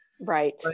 Right